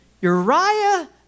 Uriah